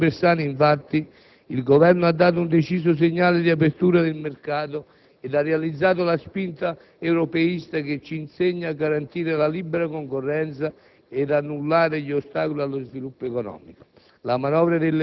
Con il decreto-legge Bersani, infatti, il Governo, ha dato un deciso segnale di apertura del mercato ed ha realizzato la spinta europeista che ci insegna a garantire la libera concorrenza e ad annullare gli ostacoli allo sviluppo economico.